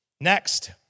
Next